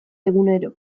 egunero